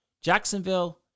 Jacksonville